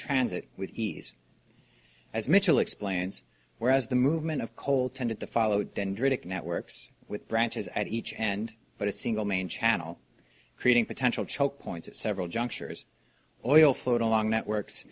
transit with ease as mitchell explains whereas the movement of coal tended to follow dendritic networks with branches at each end but a single main channel creating potential choke points at several junctures oil float along networks